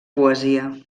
poesia